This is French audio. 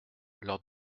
lors